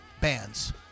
bands